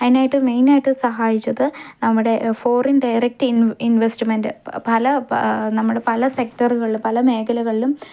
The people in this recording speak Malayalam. അതിനായിട്ട് മെയിൻ ആയിട്ട് സഹായിച്ചത് നമ്മുടെ ഫോറിൻ ഡയറക്റ്റ് ഇൻവെസ്റ്റ്മെൻറ് പല നമ്മുടെ പല മേഖലകളിലും